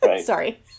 Sorry